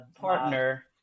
partner